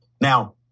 Now